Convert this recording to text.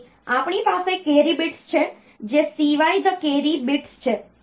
તેથી આપણી પાસે કેરી bits છે જે CY ધ કેરી bits છે